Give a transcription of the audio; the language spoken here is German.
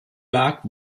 lag